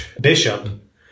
Bishop